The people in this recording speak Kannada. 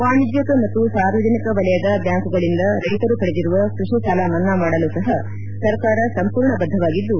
ವಾಣಿಜ್ಞಕ ಮತ್ತು ಸಾರ್ವಜನಿಕ ವಲಯದ ಬ್ಲಾಂಕುಗಳಿಂದ ರೈತರು ಪಡೆದಿರುವ ಕೃಷಿ ಸಾಲ ಮನ್ನಾ ಮಾಡಲೂ ಸಹ ಸರ್ಕಾರ ಸಂಪೂರ್ಣ ಬದ್ದವಾಗಿದ್ದು